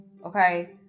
Okay